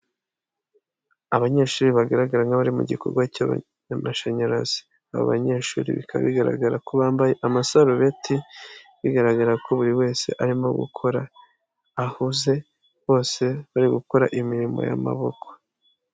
Abanyeshuri bagaragara nk'abari mu gikorwa cy'abanyamashanyarazi. Aba banyeshuri bikaba bigaragara ko bambaye amasarubeti, bigaragara ko buri wese arimo gukora ahuze, bose bari gukora imirimo y'amaboko.